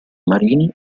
marini